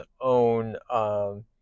own